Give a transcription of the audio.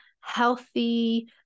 Healthy